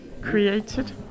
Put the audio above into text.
created